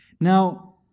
Now